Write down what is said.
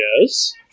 yes